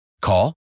Call